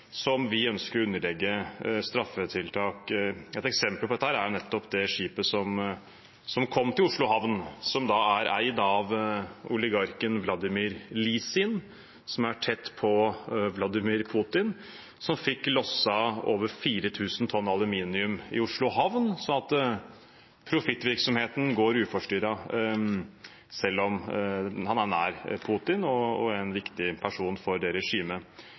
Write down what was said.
som vi ønsker å underlegge straffetiltak. Et eksempel på dette er nettopp det skipet som kom til Oslo havn, som er eid av oligarken Vladimir Lisin, som er tett på Vladimir Putin, og som fikk losset over 4 000 tonn aluminium i Oslo havn, sånn at profittvirksomheten går uforstyrret selv om han er nær Putin og en viktig person for det regimet.